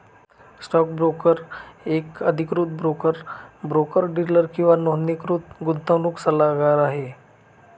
stock broker एक अधिकृत broker, broker dealer किंवा नोंदणीकृत गुंतवणूक सल्लागार आहे